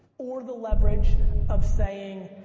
or the leverage of saying,